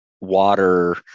water